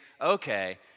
okay